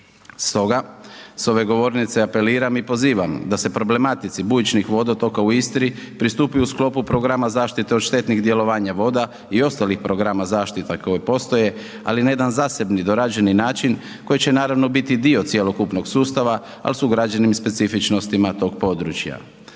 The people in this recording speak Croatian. Stoga, s ove govornice apeliram i pozivam da se problematici bujičnih vodotoka u Istri pristupi u sklopu programa zaštite od štetnih djelovanja voda i ostalih programa zaštita koje postoje ali na jedan zasebni, dorađeni način koji će naravno biti dio cjelokupnog sustava ali s ugrađenim specifičnostima tog područja